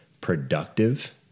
productive